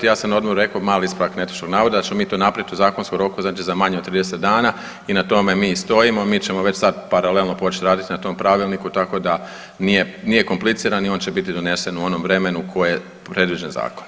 Ja sam na odboru rekao mali ispravak netočnog navoda da ćemo mi to napraviti u zakonskom roku znači za manje od 30 dana i na tome mi stojimo, mi ćemo već sad paralelno počet radit na tom pravilniku tako da nije, nije kompliciran i on će biti donesen u onom vremenu koji je predviđen zakonom.